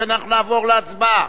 לכן אנחנו נעבור להצבעה.